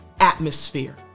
atmosphere